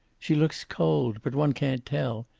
she looks cold, but one can't tell,